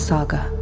Saga